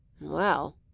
Well